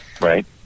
Right